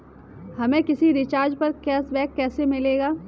हमें किसी रिचार्ज पर कैशबैक कैसे मिलेगा?